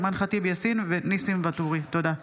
אימאן ח'טיב יאסין וניסים ואטורי בנושא: